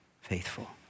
faithful